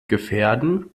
gefährden